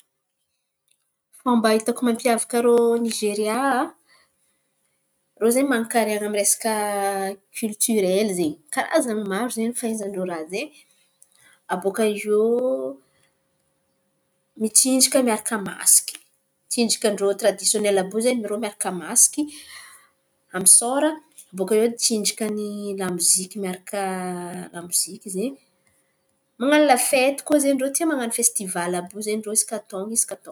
Fômba hitako mampiavak’irô Nizeria an, rô zen̈y manankarian̈a amy resaka kiolotora ze. Karazany maro fahaizan-drô raha ze. Abaka iô mitsinjaka miaraka masiky. Tsinjakan-drô tiradisiônely àby iô zen̈y: rô miaraka masiky amy sôro, boaka iô tsinjaky la moziky miaraka la moziky ze. Man̈ano la fety koa ze. Irô tia man̈ano festival àby iô isaky taon̈o.